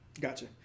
Gotcha